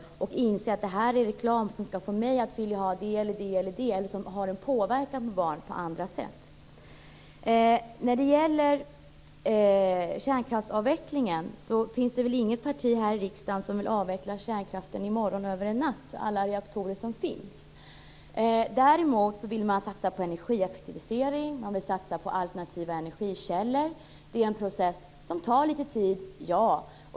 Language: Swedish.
De kan inte inse att det här är reklam som skall få mig att vilja ha det eller det eller som påverkar barnen på andra sätt. När det gäller kärnkraftsavvecklingen finns det väl inget parti här i riksdagen som vill avveckla kärnkraften i morgon och över en natt - alla reaktorer som finns. Däremot vill man satsa på energieffektivisering. Man vill satsa på alternativa energikällor. Det är en process om tar litet tid - ja.